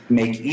make